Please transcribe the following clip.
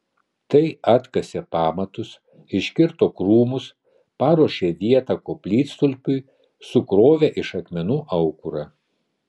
tai atkasė pamatus iškirto krūmus paruošė vietą koplytstulpiui sukrovė iš akmenų aukurą